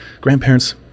grandparents